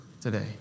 today